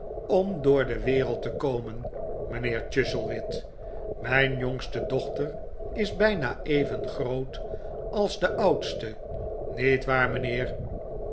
om door de wereld te komen mijnheer chuzzlewit mijn jongste dochter is bijna even groot als de oudste niet waar mijnheer